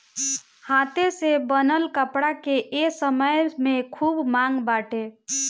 हाथे से बनल कपड़ा के ए समय में खूब मांग बाटे